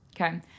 okay